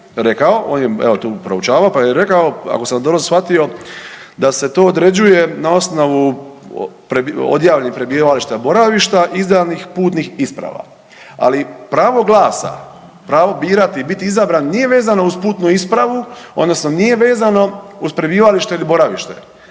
rekao, on je evo tu proučavao pa je rekao ako sam dobro shvatio da se to određuje na osnovu odjave prebivališta, boravišta izdanih putnih isprava. Ali pravo glasa, pravo birati i biti izabran nije vezano uz putnu ispravu odnosno nije vezano uz prebivalište, boravište